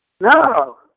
No